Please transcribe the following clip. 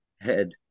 head